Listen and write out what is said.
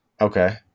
Okay